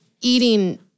eating